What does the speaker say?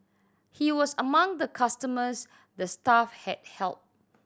he was among the customers the staff had helped